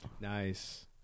Nice